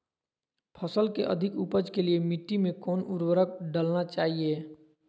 फसल के अधिक उपज के लिए मिट्टी मे कौन उर्वरक डलना चाइए?